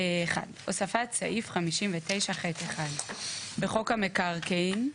הוספת סעיף 59ח1 1. בחוק המקרקעין,